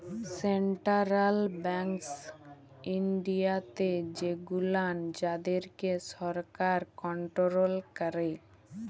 central banks ইনডিয়াতে সেগুলান যাদেরকে সরকার কনটোরোল ক্যারে